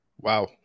Wow